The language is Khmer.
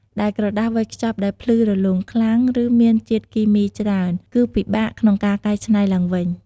ដែលក្រដាសវេចខ្ចប់ដែលភ្លឺរលោងខ្លាំង ឬមានជាតិគីមីច្រើន គឺពិបាកក្នុងការកែច្នៃឡើងវិញ។